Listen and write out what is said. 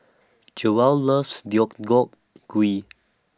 Jewell loves Gui